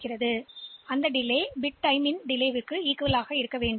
எனவே அதன் அடிப்படையில் பிட் நேரம் என்ன என்பதை நீங்கள் கண்டுபிடிக்கலாம்